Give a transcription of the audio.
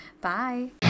bye